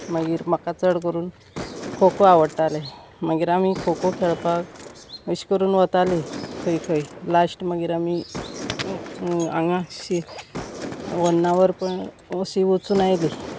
मागीर म्हाका चड करून खोखो आवडटाले मागीर आमी खोखो खेळपाक अश करून वताली खंय खंय लाश्ट मागीर आमी हांगा शी वन्नावर पळोन अशीं वचून आयलीं